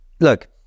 Look